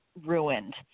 ruined